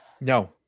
No